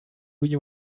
you